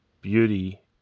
beauty